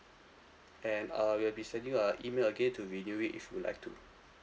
and err we'll be sending you a email again to renew it if you'd like to